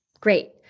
great